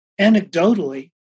anecdotally